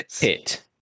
Hit